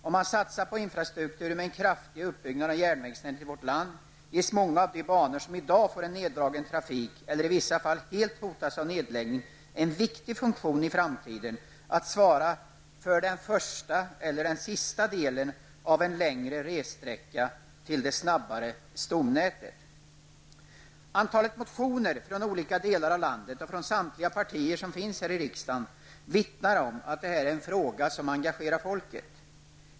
Om man satsar på infrastrukturen med en kraftig uppbyggnad av järnvägsnätet i vårt land, ges många av de banor som i dag får en neddragen trafik, eller i vissa fall helt hotas av nedläggning, en viktig funktion i framtiden -- att svara för den första eller sista delen av en längre ressträcka på det snabbare stomnätet. Antalet motioner från olika delar av landet och från samtliga partier som finns här i riksdagen vittnar om att detta är en fråga som engagerar folket.